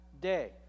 day